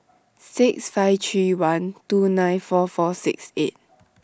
six five three one two nine four four six eight